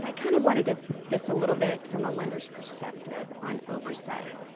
yeah kind of wanted to put this a little bit from a lender's perspective on oversight.